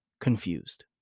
confused